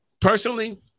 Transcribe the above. personally